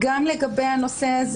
גם לגבי הנושא של